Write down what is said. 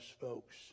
folks